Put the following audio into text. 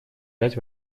пять